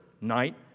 night